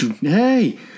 hey